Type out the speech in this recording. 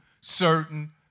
certain